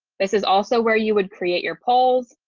this is also where you would create your poles.